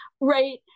right